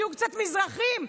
שיהיו מזרחים,